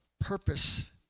purpose